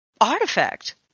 artifact